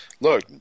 look